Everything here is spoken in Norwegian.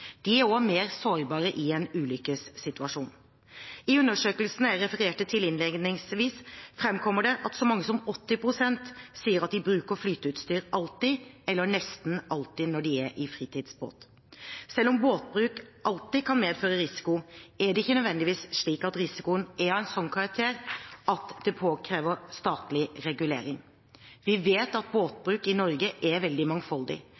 De er også mer sårbare i en ulykkessituasjon. I undersøkelsen jeg refererte til innledningsvis, fremkommer det at så mange som 80 pst. sier at de bruker flyteutstyr «alltid» eller «nesten alltid» når de er i fritidsbåt. Selv om båtbruk alltid kan medføre risiko, er det ikke nødvendigvis slik at risikoen er av en slik karakter at det påkrever statlig regulering. Vi vet at båtbruk i Norge er veldig mangfoldig.